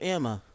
Emma